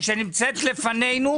שנמצאת לפנינו,